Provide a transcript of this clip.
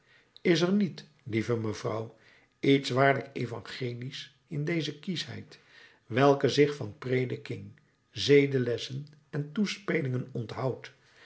is er niet lieve mevrouw iets waarlijk evangelisch in deze kieschheid welke zich van prediking zedenlessen en toespelingen onthoudt